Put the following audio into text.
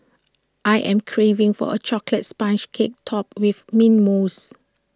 I am craving for A Chocolates Sponge Cake Topped with Mint Mousse